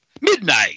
Midnight